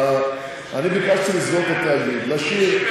אני ביקשתי לסגור את התאגיד, להשאיר,